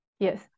Yes